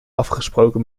afgesproken